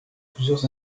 plusieurs